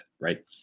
right